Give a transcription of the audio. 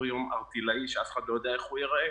יום ערטילאי שאף אחד לא יודע איך הוא ייראה